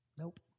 Nope